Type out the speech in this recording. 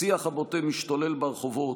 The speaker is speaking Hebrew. השיח הבוטה משתולל ברחובות,